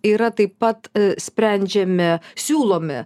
yra taip pat sprendžiami siūlomi